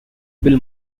bill